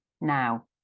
Now